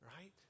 right